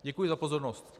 Děkuji za pozornost.